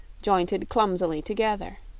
jointed clumsily together.